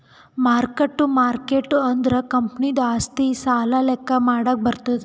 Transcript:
mark ಟ್ಟು market ಅಂದುರ್ ಕಂಪನಿದು ಆಸ್ತಿ, ಸಾಲ ಲೆಕ್ಕಾ ಮಾಡಾಗ್ ಬರ್ತುದ್